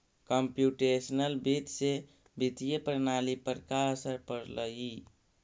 computational वित्त से वित्तीय प्रणाली पर का असर पड़लइ